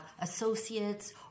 associates